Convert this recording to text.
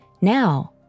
Now